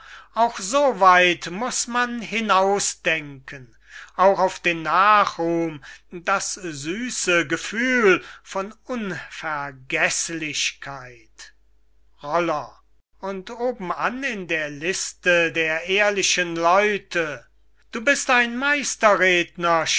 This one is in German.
auch so weit muß man hinausdenken auch auf den nachruhm das süsse gefühl von unvergeßlichkeit roller und oben an in der liste der ehrlichen leute du bist ein